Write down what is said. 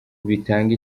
bitanga